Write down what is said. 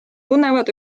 tunnevad